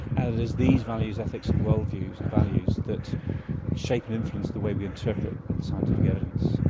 and it is these values, ethics, and worldviews and values that shape and influence the way we interpret scientific evidence.